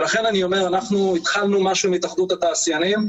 אנחנו התחלנו משהו עם התאחדות התעשיינים,